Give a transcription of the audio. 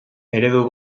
eredu